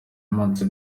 imanza